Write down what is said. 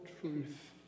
truth